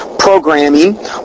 Programming